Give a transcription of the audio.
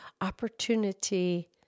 opportunity